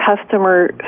customer